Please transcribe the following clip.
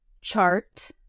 chart